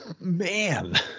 Man